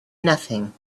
nothing